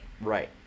Right